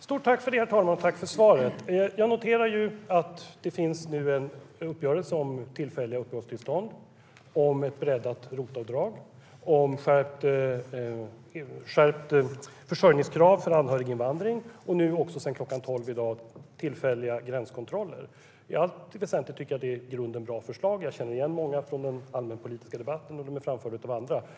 Herr talman! Jag tackar för svaret. Jag noterar att det nu finns en uppgörelse om tillfälliga uppehållstillstånd, om ett breddat ROT-avdrag, om skärpt försörjningskrav för anhöriginvandring och sedan kl. 12 i dag också om tillfälliga gränskontroller. I allt väsentligt tycker jag att det i grunden är bra förslag. Jag känner igen många från den allmänpolitiska debatten, då de har framförts av andra.